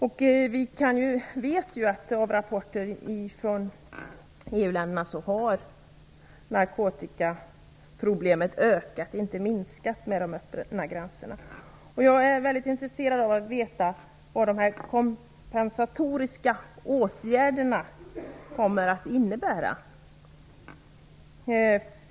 Vi vet av rapporter från EU länderna att narkotikaproblemet har ökat, inte minskat, med de öppna gränserna. Jag är väldigt intresserad av att få veta vad dessa kompensatoriska åtgärder kommer att innebära.